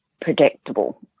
predictable